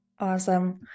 Awesome